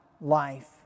life